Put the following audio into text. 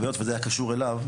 היות וזה היה קשור אליו,